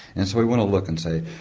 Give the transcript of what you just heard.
and so we want to look and say,